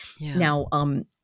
Now